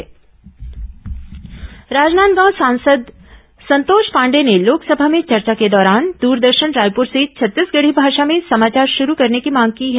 संसद संतोष पांडेय राजनांदगांव सांसद संतोष पांडेय ने लोकसभा में चर्चा के दौरान दूरदर्शन रायपुर से छत्तीसगढ़ी भाषा में समाचार शुरू करने की मांग की है